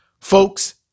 Folks